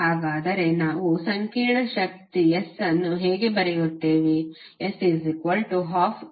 ಹಾಗಾದರೆ ನಾವು ಸಂಕೀರ್ಣ ಶಕ್ತಿ S ಅನ್ನು ಹೇಗೆ ಬರೆಯುತ್ತೇವೆ